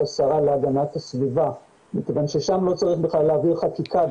השרה להגנת הסביבה מכיוון ששם לא צריך בכלל להעביר חקיקה.